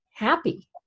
happy